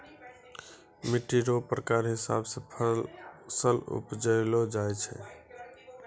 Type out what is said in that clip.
मिट्टी रो प्रकार हिसाब से फसल उपजैलो जाय छै